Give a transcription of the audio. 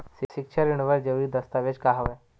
सिक्छा ऋण बर जरूरी दस्तावेज का हवय?